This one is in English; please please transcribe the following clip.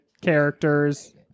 characters